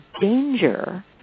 danger